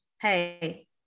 hey